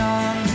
on